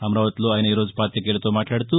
అమరావతిలో ఆయన ఈరోజు పాతికేయులతో మాట్లాడుతూ